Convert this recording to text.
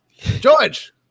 George